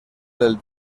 del